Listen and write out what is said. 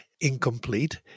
incomplete